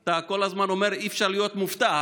אתה כל הזמן אומר: אי-אפשר להיות מופתע,